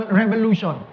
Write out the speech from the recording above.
revolution